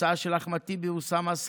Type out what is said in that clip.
הצעה של אחמד טיבי ואוסאמה סעדי,